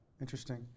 Interesting